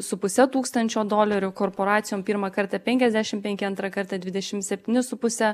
su puse tūkstančio dolerių korporacijom pirmą kartą penkiasdešimt penki antrą kartą dvidešimt septyni su puse